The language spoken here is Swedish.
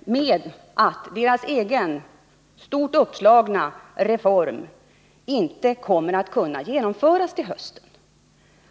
med att den egna, stort uppslagna reformen inte kommer att kunna genomföras till hösten.